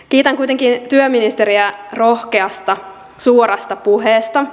kiitän kuitenkin työministeriä rohkeasta suorasta puheesta